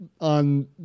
on